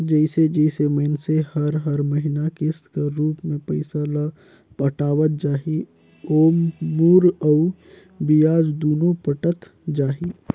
जइसे जइसे मइनसे हर हर महिना किस्त कर रूप में पइसा ल पटावत जाही ओाम मूर अउ बियाज दुनो पटत जाही